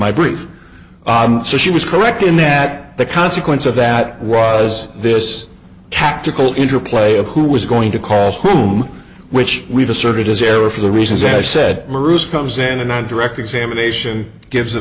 my brief so she was correct in that the consequence of that was this tactical interplay of who was going to call home which we've asserted as error for the reasons i said comes in and on direct examination gives